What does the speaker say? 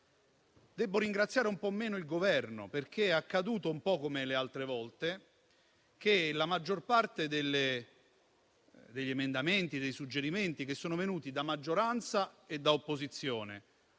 Debbo ringraziare un po' meno il Governo, perché è accaduto, come le altre volte, che la maggior parte degli emendamenti e dei suggerimenti che sono venuti da maggioranza ed opposizione,